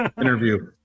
interview